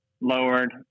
lowered